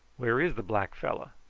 where is the black fellow?